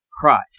Christ